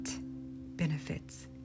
benefits